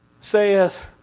says